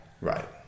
right